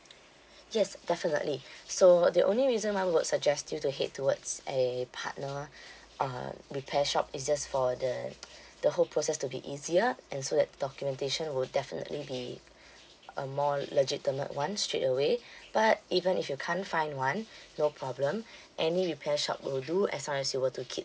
yes definitely so the only reason I would suggest you to head towards a partner uh repair shop is just for the the whole process to be easier and so that documentation would definitely be uh more legitimate [one] straightaway but even if you can't find one no problem any repair shop will do as long as you were to keep